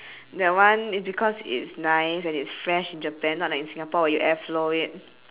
that one is because it's nice and it's fresh in japan not like in singapore you airflow it